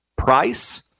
Price